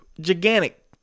gigantic